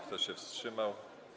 Kto się wstrzymał?